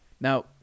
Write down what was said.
Now